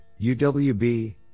UWB